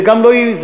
זה גם לא בר-ביצוע,